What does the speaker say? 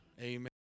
Amen